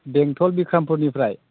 बेंटल बिक्रामपुरनिफ्राय